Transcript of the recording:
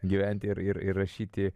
gyventi ir ir rašyti